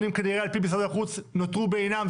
שהנתונים כנראה על פי משרד החוץ נותרו בעינם,